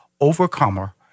Overcomer